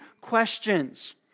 questions